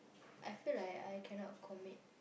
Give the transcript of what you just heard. I feel like I cannot commit